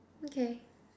okay